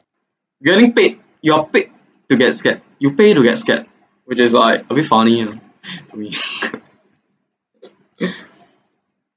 getting paid you are paid to get scared you pay to get scared which is like a bit funny uh to me